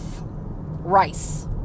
rice